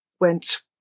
went